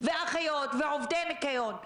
האחיות ועובדי הניקיון,